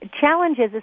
Challenges